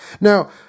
now